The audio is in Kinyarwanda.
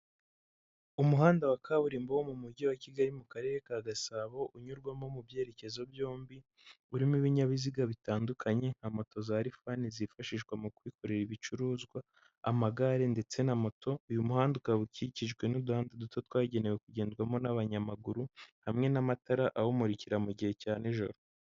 Umuhanda wa kaburimbo wo mu mujyi wa kigali mu karere ka gasabo unyurwamo mu byerekezo byombi urimo ibinyabiziga bitandukanye nka moto za lifani zifashishwa mu kwikorera ibicuruzwa amagare ndetse na moto uyu muhanda ukaba ukikijwe n'uduhanda duto twagenewe kugendwamo n'abanyamaguru hamwe n'amatara awumurikira mu gihe cya nijoro.